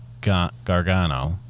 Gargano